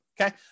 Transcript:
okay